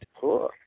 cool